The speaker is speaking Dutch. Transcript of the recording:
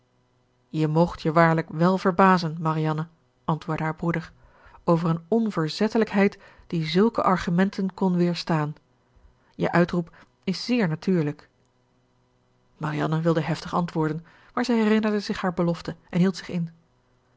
je moogt je waarlijk wèl verbazen marianne antwoordde haar broeder over een onverzettelijkheid die zulke argumenten kon weerstaan je uitroep is zeer natuurlijk marianne wilde heftig antwoorden maar zij herinnerde zich haar belofte en hield zich in